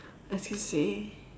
as you say